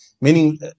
meaning